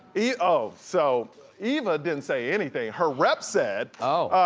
yeah oh, so eva didn't say anything. her rep said. oh.